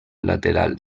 lateral